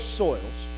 soils